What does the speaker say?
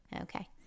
Okay